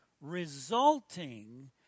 Resulting